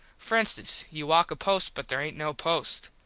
for instance you walk a post but there aint no post.